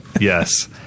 yes